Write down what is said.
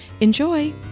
Enjoy